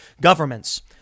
governments